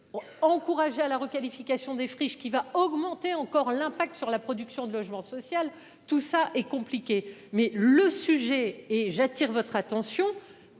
Encourager à la requalification des friches qui va augmenter encore l'impact sur la production de logement social, tout ça est compliqué, mais le sujet et j'attire votre attention